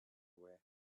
away